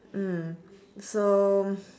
mm so